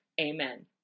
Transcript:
Amen